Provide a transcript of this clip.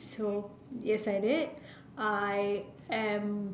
so yes I did I am